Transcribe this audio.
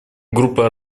группа